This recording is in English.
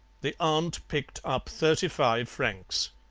the aunt picked up thirty-five francs.